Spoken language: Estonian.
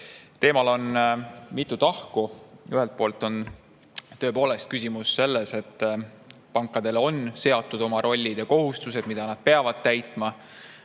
Teemal on mitu tahku. Ühelt poolt on küsimus selles, et pankadel on oma rollid ja kohustused, mida nad peavad täitma.